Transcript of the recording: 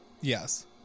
Yes